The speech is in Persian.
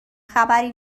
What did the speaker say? خبری